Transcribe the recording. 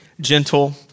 gentle